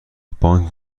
بانک